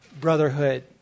Brotherhood